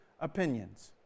opinions